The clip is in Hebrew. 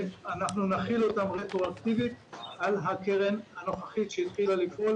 נחיל אותם רטרואקטיבית על הקרן הנוכחית שהתחילה לפעול